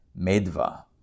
Medva